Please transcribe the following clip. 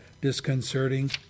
disconcerting